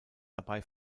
dabei